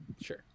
Sure